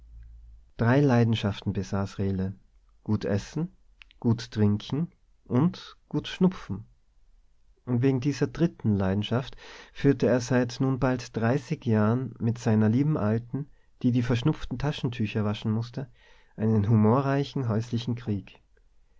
drei leidenschaften besaß rehle gut essen gut trinken und gut schnupfen und wegen dieser dritten leidenschaft führte er seit nun bald dreißig jahren mit seiner lieben alten die die verschnupften taschentücher waschen mußte einen humorreichen häuslichen krieg